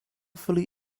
fully